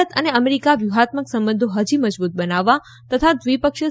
ભારત અને અમેરીકા વ્યુહાત્મક સંબંધો હજી મજબૂત બનાવવા તથા દ્વિપક્ષીય